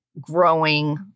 growing